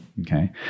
Okay